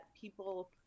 people